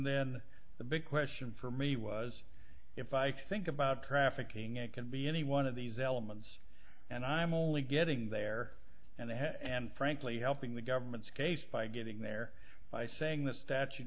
then the big question for me was if i think about trafficking it can be any one of these elements and i'm only getting there and i am frankly helping the government's case by getting there by saying the statu